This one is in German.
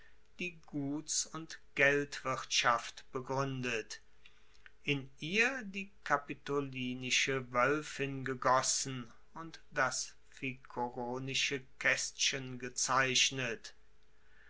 die guts und geldwirtschaft begruendet in ihr die kapitolinische woelfin gegossen und das ficoronische kaestchen gezeichnet